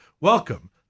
Welcome